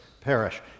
perish